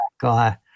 guy